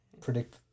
predict